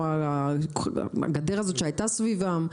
הגדר הזאת שהייתה סביבם.